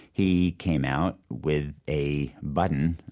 he came out with a button